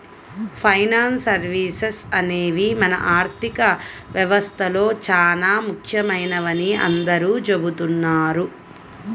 finance services అనేవి మన ఆర్థిక వ్యవస్థలో చానా ముఖ్యమైనవని అందరూ చెబుతున్నారు